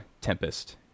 Tempest